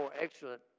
excellent